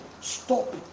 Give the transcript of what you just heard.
Stop